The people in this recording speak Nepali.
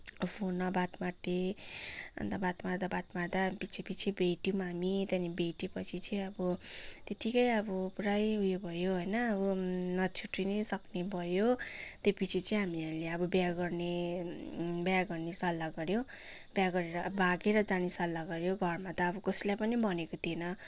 अब फोनमा बात मार्थेँ अन्त बात मार्दा बात मार्दा पछि पछि भेटौँ हामी त्यहाँदेखि भेटेपछि चाहिँ अब ठिकठिकै अब प्रायः उयो भयो होइन अब नछुट्टिने सक्ने भयो त्यसपछि चाहिँ अब हामीहरूले अब बिहा गर्ने बिहा गर्ने सल्लाह गऱ्यौँ बिहा गरेर अब भागेर जाने सल्लाह गऱ्यौँ घरमा त अब कसैलाई पनि भनेको थिएन